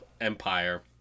Empire